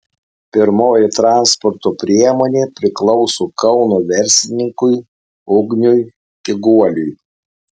pirmoji transporto priemonė priklauso kauno verslininkui ugniui kiguoliui